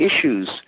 issues